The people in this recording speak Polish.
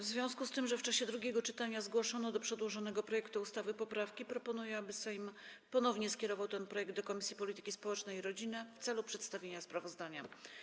W związku z tym, że w czasie drugiego czytania zgłoszono do przedłożonego projektu ustawy poprawki, proponuję, aby Sejm ponownie skierował ten projekt do Komisji Polityki Społecznej i Rodziny w celu przedstawienia sprawozdania.